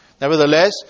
Nevertheless